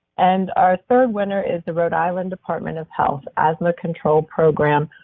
and our third winner is the rhode island department of health asthma control program,